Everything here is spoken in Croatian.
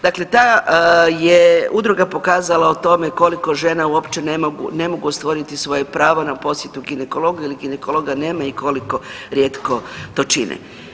Dakle, ta je udruga pokazala o tome koliko žena uopće ne mogu, ne mogu ostvariti svoje pravo na posjetu ginekologa jel ginekologa nema i koliko rijetko to čine.